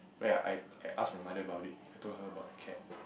ya I I ask my mother about it I told her about the cat